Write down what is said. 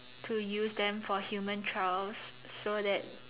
to use them for human trials so that